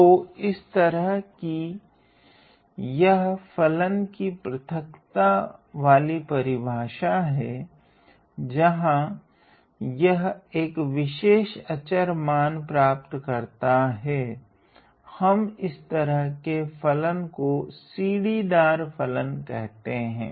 तो इस तरह कि यह फलन कि पृथकता वाली परिभाषा हैं जहां यह एक विशेष आचार मान प्राप्त करता है हम इस तरह के फलन को सिड़ीदार फलन कहते हैं